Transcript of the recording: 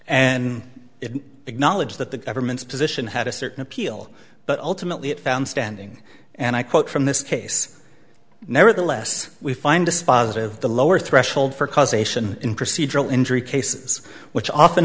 and it acknowledged that the government's position had a certain appeal but ultimately it found standing and i quote from this case nevertheless we find dispositive the lower threshold for causation in procedural injury cases which often